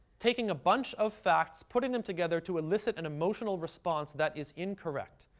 taking a bunch of facts, putting them together to elicit an emotional response that is incorrect.